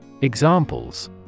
Examples